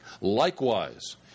Likewise